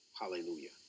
Hallelujah